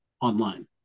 online